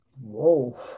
Whoa